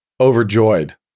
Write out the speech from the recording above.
overjoyed